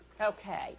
Okay